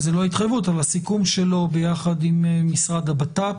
זה לא התחייבות אלא סיכום שלו ביחד עם המשרד לביטחון פנים,